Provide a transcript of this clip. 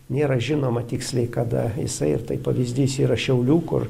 nėra žinoma tiksliai kada jisai ir tai pavyzdys yra šiaulių kur